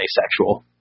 asexual